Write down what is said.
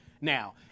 Now